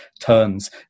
turns